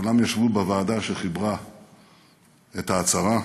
כולם ישבו בוועדה שחיברה את ההצהרה,